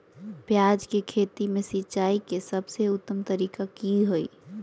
प्याज के खेती में सिंचाई के सबसे उत्तम तरीका की है?